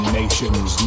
nations